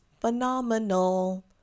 phenomenal